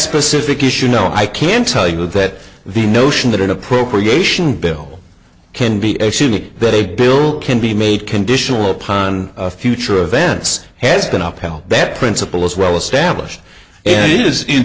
specific issue no i can tell you that the notion that an appropriation bill can be a suit that a bill can be made conditional upon future events has been upheld that principle is well established and it is in